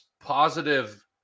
positive